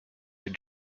your